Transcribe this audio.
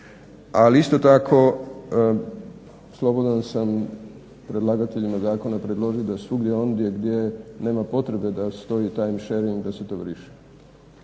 Ali isto tako slobodan sam predlagateljima zakona predložiti da svugdje ondje gdje nema potrebe da stoji time sharing da se to briše.